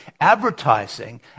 Advertising